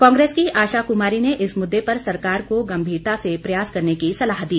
कांग्रेस की आशा कुमारी ने इस मुद्दे पर सरकार को गंभीरता से प्रयास करने की सलाह दी